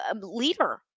leader